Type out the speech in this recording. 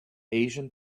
asian